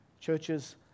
Churches